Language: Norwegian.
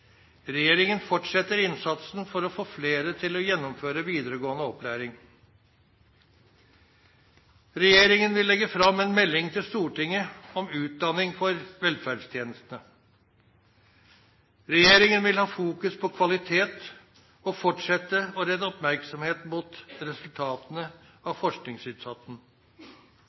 Regjeringen fortsetter innsatsen for å få flere til å gjennomføre videregående opplæring. Regjeringen vil legge fram en melding til Stortinget om utdanning for velferdstjenestene. Regjeringen vil ha fokus på kvalitet og fortsette å rette oppmerksomhet mot resultatene av